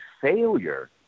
failure